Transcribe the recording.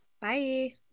Bye